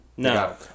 No